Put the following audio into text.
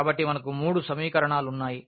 కాబట్టి మనకు మూడు సమీకణాలు వున్నాయి